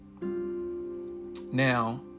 Now